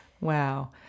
wow